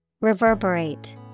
Reverberate